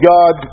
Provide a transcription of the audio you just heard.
God